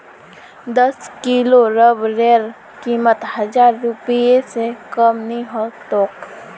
दस किलो रबरेर कीमत हजार रूपए स कम नी ह तोक